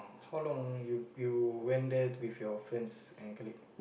how long you you went there with you friends and colleague